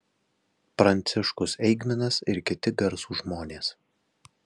pranciškus eigminas ir kiti garsūs žmonės